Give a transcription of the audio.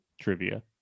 trivia